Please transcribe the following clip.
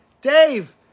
Dave